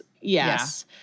Yes